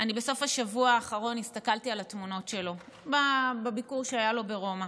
אני בסוף השבוע האחרון הסתכלתי על התמונות שלו בביקור שהיה לו ברומא.